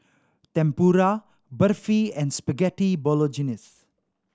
Tempura Barfi and Spaghetti Bolognese